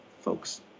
Folks